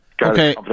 Okay